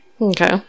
Okay